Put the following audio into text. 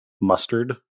Mustard